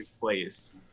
place